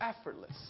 effortless